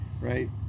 right